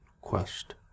quest